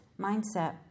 mindset